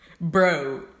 bro